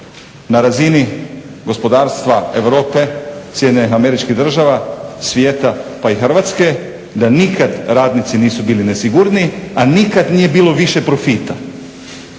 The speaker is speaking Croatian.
na razini gospodarstva Europe, SAD-a, svijeta pa i Hrvatske da nikad radnici nisu bili nesigurniji, a nikad nije bilo više profita.